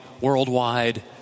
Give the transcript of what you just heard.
worldwide